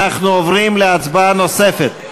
אנחנו עוברים להצבעה נוספת.